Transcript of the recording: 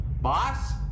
Boss